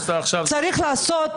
מה שאת עושה עכשיו